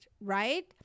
right